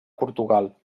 portugal